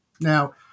Now